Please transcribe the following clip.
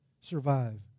survive